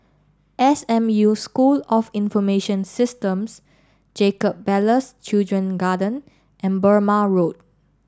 S M U School of Information Systems Jacob Ballas Children's Garden and Burmah Road